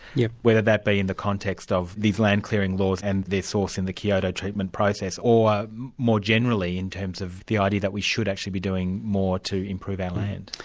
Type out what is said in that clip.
yeah whether that be in the context of these land clearing laws and source in the kyoto treatment process, or more generally in terms of the idea that we should actually be doing more to improve our land?